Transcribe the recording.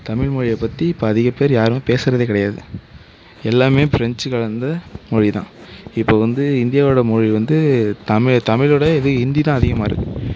தமிழ் மொழியை பற்றி இப்போ அதிக பேர் யாருமே பேசுகிறதே கிடையாது எல்லாமே பிரெஞ்சு கலந்த மொழி தான் இப்போது வந்து இந்தியாவோடய மொழி வந்து தமிழ் தமிழோடய இது இந்தி தான் அதிகமாக இருக்குது